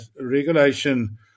regulation